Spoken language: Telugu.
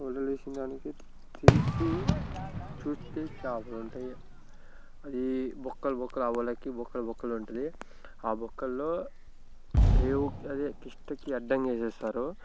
వలలు వేసిన దానికి తీసి చూస్తే చేపలు ఉంటాయి అది బొక్కలు బొక్కలు ఆ వలకి బొక్కలు బొక్కలు ఉంటుంది ఆ బొక్కల్లో రేవుకి అదే కిష్టకి అడ్డంగా వేసేస్తారు